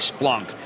Splunk